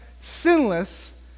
sinless